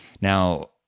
Now